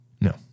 no